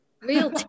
Real